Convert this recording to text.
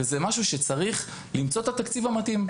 וזה משהו שצריך למצוא את התקציב המתאים.